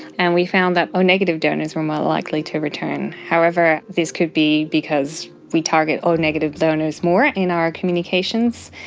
and we found that o negative donors were more likely to return. however, this could be because we target o negative donors more in our communications,